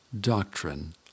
doctrine